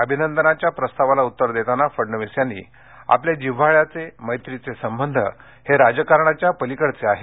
अभिनंदनाच्या प्रस्तावाला उत्तर देताना फडणवीस यांनी आपले जिव्हाळ्याचे मैत्रीचे संबंध हे राजकारणापलिकडचे आहेत